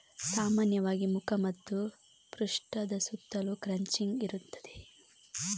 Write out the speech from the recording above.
ಸಾಮಾನ್ಯವಾಗಿ ಮುಖ ಮತ್ತು ಪೃಷ್ಠದ ಸುತ್ತಲೂ ಕ್ರಚಿಂಗ್ ಇರುತ್ತದೆ